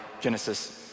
Genesis